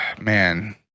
Man